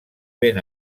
ben